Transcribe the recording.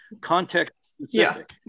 context-specific